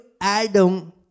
Adam